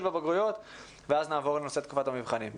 בבגרויות ואז נעבור לתקופת המבחנים.